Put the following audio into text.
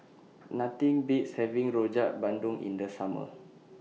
Nothing Beats having Rojak Bandung in The Summer